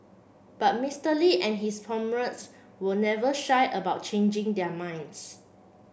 but Mister Lee and his were never shy about changing their minds